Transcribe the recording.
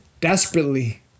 Desperately